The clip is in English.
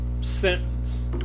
sentence